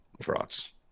Frauds